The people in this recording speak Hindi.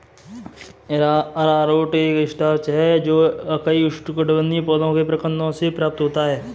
अरारोट एक स्टार्च है जो कई उष्णकटिबंधीय पौधों के प्रकंदों से प्राप्त होता है